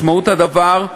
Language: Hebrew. משמעות הדבר היא,